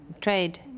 trade